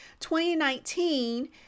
2019